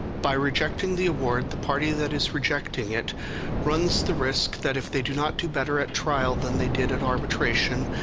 by rejecting the award, the party that is rejecting it runs the risk that if they do not do better at trial than they did at arbitration,